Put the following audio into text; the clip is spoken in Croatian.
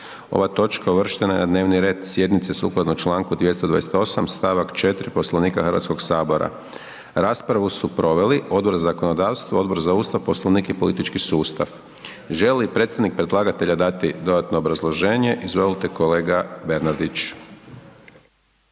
Ova točka uvrštena je na dnevni red sjednice sukladno članku 228. stavak 4. Poslovnika Hrvatskog sabora. Raspravu su proveli Odbor za zakonodavstvo, Odbor za Ustav, Poslovnik i politički sustav. Želi li predstavnik predlagatelja dati dodatno obrazloženje? Izvolite, kolega Bernardić.